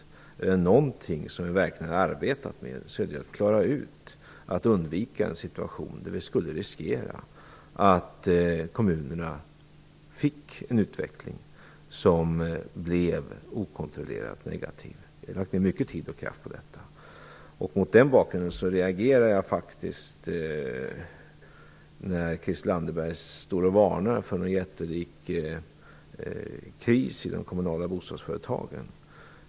Är det någonting som vi verkligen har arbetat med så är det att klara ut att undvika en situation där vi skulle riskera att kommunerna fick en utveckling som blev okontrollerat negativ. Vi har lagt ned mycket tid och kraft på detta. Mot den bakgrunden reagerar jag faktiskt när Christel Anderberg varnar för någon jättelik kris i de kommunala bostadsföretagen.